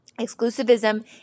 Exclusivism